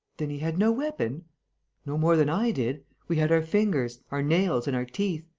then he had no weapon no more than i did. we had our fingers, our nails and our teeth.